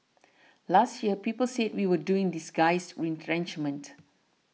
last year people said we were doing disguised retrenchment